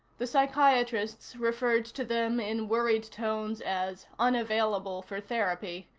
the psychiatrists referred to them in worried tones as unavailable for therapy,